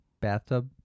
bathtub